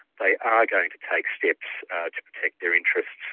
they are going to take steps to protect their interests,